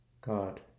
God